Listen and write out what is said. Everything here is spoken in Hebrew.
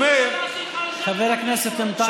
חבר הכנסת אנטאנס שחאדה.